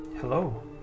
Hello